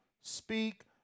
speak